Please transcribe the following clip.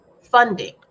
funding